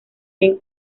bien